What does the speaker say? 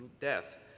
death